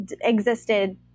existed